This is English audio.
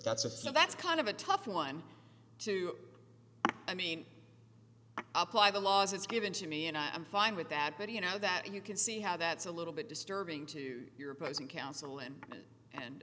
few that's kind of a tough one to i mean apply the laws it's given to me and i'm fine with that but you know that you can see how that's a little bit disturbing to your opposing counsel and and